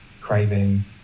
craving